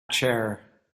chair